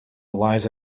lies